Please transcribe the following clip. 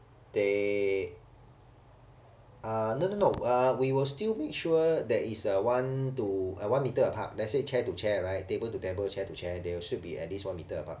they uh no no no uh we will still make sure there is a one to uh one meter apart let's say chair to chair right table to table chair to chair there should be at least one meter apart